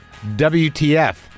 WTF